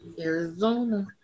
Arizona